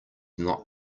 not